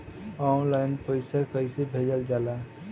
Online पैसा कैसे भेजल जाला?